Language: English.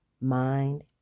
mind